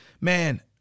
man